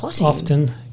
often